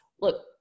look